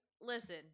Listen